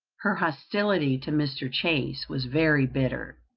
her hostility to mr. chase was very bitter.